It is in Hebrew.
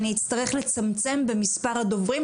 אני אצטרך לצמצם במספר הדוברים,